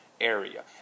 Area